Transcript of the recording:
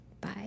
Bye